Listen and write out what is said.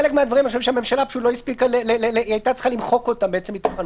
אני חושב שחלק מהדברים הממשלה הייתה צריכה למחוק מתוך הנוסח,